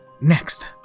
Next